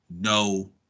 no